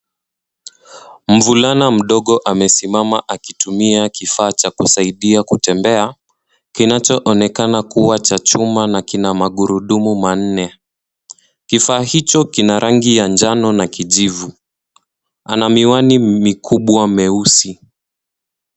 Mvulana mdogo amesimama akitumia kifaa cha kusaidia kutembea kinachoonekana kua cha chuma na kina magurudumu manne. Kifaa hicho kina rangi ya njano na kijivu, ana miwani mikubwa meusi.